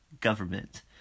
government